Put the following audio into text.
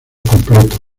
completo